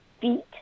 feet